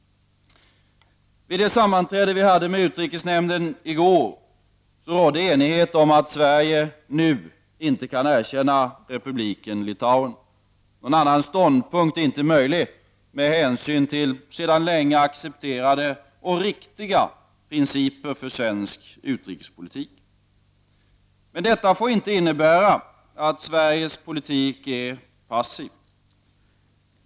Vid det sammanträde som vi hade i utrikesnämnden i går rådde enighet om att Sverige just nu inte kan erkänna Republiken Litauen. Någon annan ståndpunkt är inte möjlig med hänsyn till sedan länge accepterade och riktiga principer för svensk utrikespolitik. Men detta får inte innebära att Sveriges politik är passiv.